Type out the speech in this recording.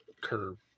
curve